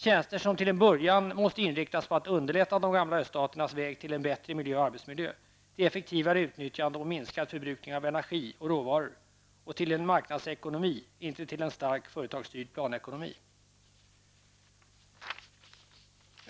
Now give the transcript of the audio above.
Tjänster som till en början måste inriktas på att underlätta de gamla öststaternas väg till en bättre miljö och arbetsmiljö, till effektivare utnyttjande och minskad förbrukning av energi och råvaror och till marknadsekonomi, inte till en stark företagsstyrd planekonomi.